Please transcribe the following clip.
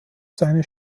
seine